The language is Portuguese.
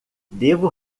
devo